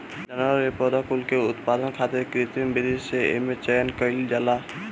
जानवर अउरी पौधा कुल के उत्पादन खातिर कृत्रिम विधि से एमे चयन कईल जाला